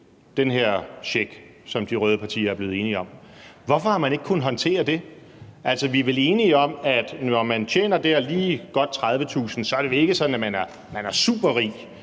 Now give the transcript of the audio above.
den her check, som de røde partier er blevet enige om. Hvorfor har man ikke kunnet håndtere det? Altså, vi er vel enige om, at det, når man tjener lige godt 30.000 kr., så ikke er sådan, at man er superrig,